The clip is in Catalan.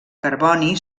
carboni